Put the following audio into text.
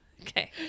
Okay